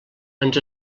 ens